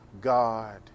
God